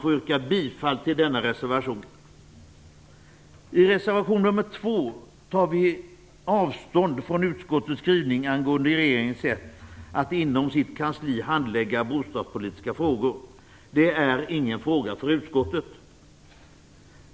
Jag yrkar bifall till denna reservation. I reservation nr 2 tar vi avstånd från utskottets skrivning angående regeringens sätt att inom sitt kansli handlägga de bostadspolitiska frågorna. Det är inte en fråga för utskottet.